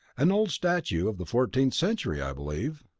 an old statute of the fourteenth century, i believe.